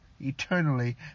eternally